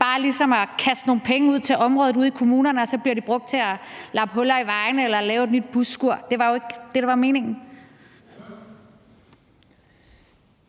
bare ligesom at kaste nogle penge ud til området ude i kommunerne, og så bliver de brugt til at lappe huller i vejene eller lave et nyt busskur. Det var jo ikke det, der var meningen.